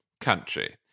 country